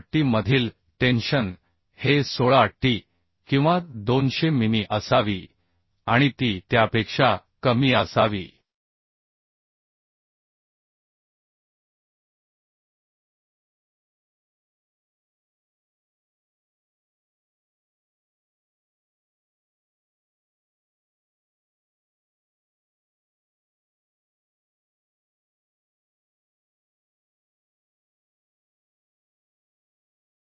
peach मधील tension हे 16t किंवा 200 मिमी असावी आणि ती त्यापेक्षा कमी असावी 12 टी किंवा 200 मिमी कॉम्प्र्शन